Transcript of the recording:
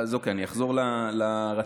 אז אני אחזור לרציונל,